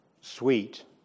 sweet